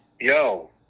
yo